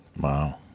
Wow